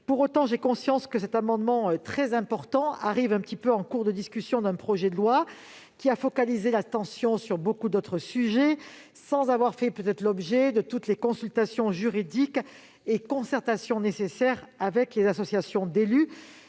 Pour autant, j'ai conscience que cet amendement très important arrive en fin de discussion de la partie « logement » du texte, qui a focalisé l'attention sur beaucoup d'autres sujets, et ce sans avoir fait l'objet de toutes les consultations juridiques et concertations nécessaires avec les associations d'élus.